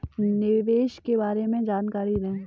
निवेश के बारे में जानकारी दें?